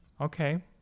okay